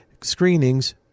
screenings